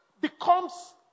becomes